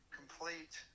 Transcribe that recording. complete